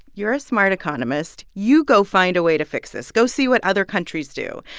you're a smart economist. you go find a way to fix this. go see what other countries do.